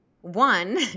One